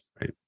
right